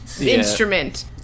Instrument